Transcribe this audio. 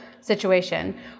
situation